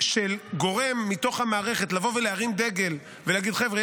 של גורם מתוך המערכת לבוא ולהרים דגל ולהגיד: חבר'ה,